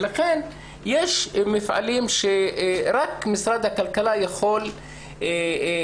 יש מפעלים שרק משרד הכלכלה יכול לזרז